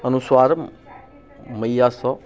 अनुसार मैयासँ